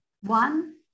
One